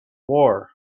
war